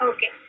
Okay